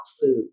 food